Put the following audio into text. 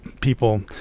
people